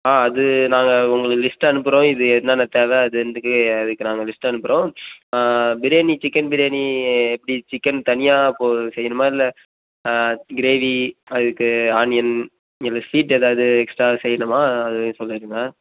ஆ அது நாங்கள் உங்களுக்கு லிஸ்ட் அனுப்புகிறோம் இது என்னென்ன தேவை அது அதுக்கு அதுக்கு நாங்கள் லிஸ்ட் அனுப்புகிறோம் பிரியாணி சிக்கன் பிரியாணி எப்படி சிக்கன் தனியாக போ செய்யணுமா இல்லை க்ரேவி அதுக்கு ஆனியன் இல்லை ஸ்வீட் ஏதாவது எக்ஸ்ட்ரா செய்யணுமா அதையும் சொல்லிடுங்க